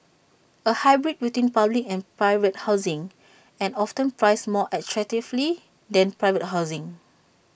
A hybrid between public and private housing and often priced more attractively than private housing